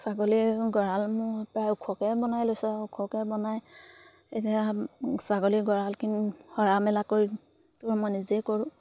ছাগলী গঁৰাল মোৰ প্ৰায় ওখকৈ বনাই লৈছোঁ আৰু ওখকৈ বনাই এতিয়া ছাগলী গঁৰালখিনি সৰা মেলা কৰি তোৰ মই নিজেই কৰোঁ